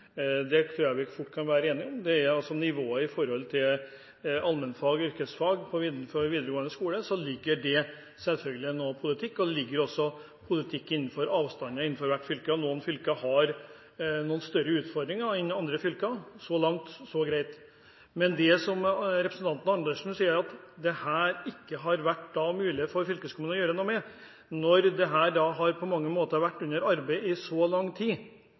Det tror jeg vi fort kan være enige om. Det har å gjøre med nivået på allmennfag og yrkesfag på videregående skole. Det ligger selvfølgelig noe politikk i det. Det ligger også politikk i det som har å gjøre med avstander innenfor hvert fylke, og noen fylker har større utfordringer enn andre fylker. Så langt, så greit. Men representanten Andersen sier at dette har det ikke vært mulig for fylkeskommunene å gjøre noe med, selv om det på mange måter har vært under arbeid i lang tid,